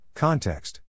Context